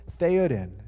Theoden